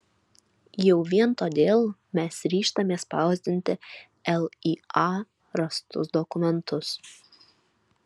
jau vien todėl mes ryžtamės spausdinti lya rastus dokumentus